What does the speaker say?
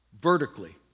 vertically